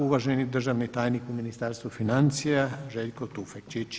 Uvaženi državni tajnik u ministarstvu financija Željko Tufekčić.